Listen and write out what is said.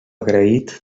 agraït